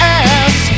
ass